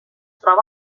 troba